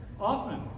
often